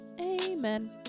amen